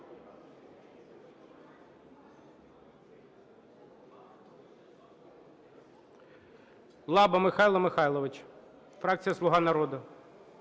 Лаба Михайло Михайлович, фракція "Слуга народу".